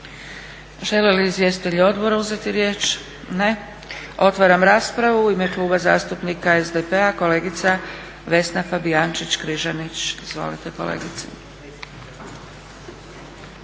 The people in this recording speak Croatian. Žele li izvjestitelji odbora uzeti riječ? Ne. Otvaram raspravu. U ime Kluba zastupnika SDP-a kolegica Vesna Fabijančić-Križanić. Izvolite kolegice.